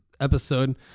episode